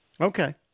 Okay